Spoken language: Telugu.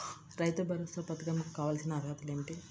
రైతు భరోసా పధకం కు కావాల్సిన అర్హతలు ఏమిటి?